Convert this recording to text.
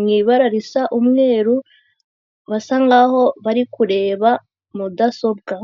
mu ibara risa umweru, basa nkaho bari kureba mudasobwa.